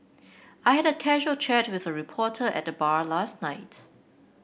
I had a casual chat with a reporter at the bar last night